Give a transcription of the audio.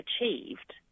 achieved